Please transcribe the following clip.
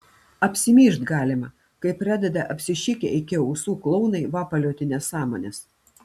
apsimyžt galima kai pradeda apsišikę iki ausų klounai vapalioti nesąmones